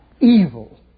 evil